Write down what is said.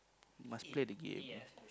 must play the game